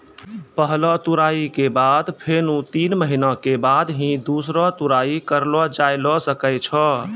पहलो तुड़ाई के बाद फेनू तीन महीना के बाद ही दूसरो तुड़ाई करलो जाय ल सकै छो